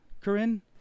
Corinne